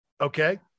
okay